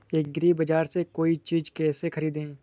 एग्रीबाजार से कोई चीज केसे खरीदें?